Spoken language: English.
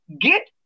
Get